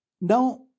Now